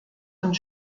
und